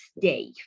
day